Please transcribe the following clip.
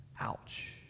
Ouch